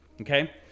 okay